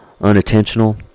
unintentional